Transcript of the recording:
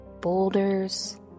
boulders